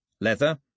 leather